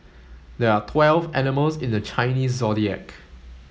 there are twelve animals in the Chinese Zodiac